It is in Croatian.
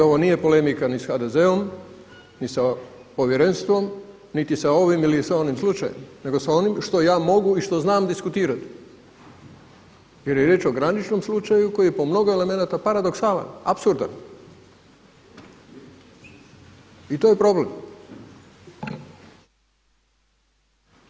I ovo nije polemika ni s HDZ-om, ni sa povjerenstvom, niti sa ovim ili sa onim slučajem nego sa onim što ja mogu i što znam diskutirati jer je riječ o graničnom slučaju koji je po mnogo elemenata paradoksalan, apsurdan i to je problem.